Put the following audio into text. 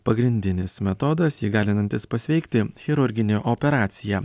pagrindinis metodas įgalinantis pasveikti chirurginė operacija